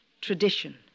Tradition